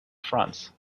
fronts